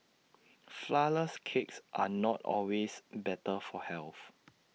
Flourless Cakes are not always better for health